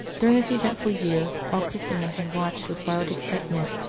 during this eventful year all christendom had watched with wild excitement,